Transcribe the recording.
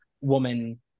woman